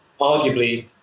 arguably